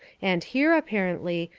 and here, apparently,